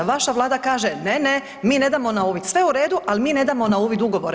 Vaša Vlada kaže ne, ne, mi ne damo na uvid, sve u redu ali mi ne damo na uvid ugovore.